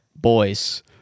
boys